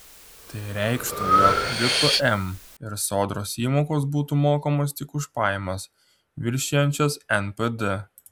tai reikštų jog gpm ir sodros įmokos būtų mokamos tik už pajamas viršijančias npd